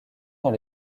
dans